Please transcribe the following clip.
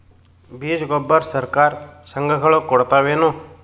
ಬೀಜ ಗೊಬ್ಬರ ಸರಕಾರ, ಸಂಘ ಗಳು ಕೊಡುತಾವೇನು?